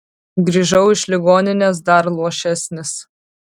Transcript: grįžau iš ligoninės dar luošesnis